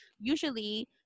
usually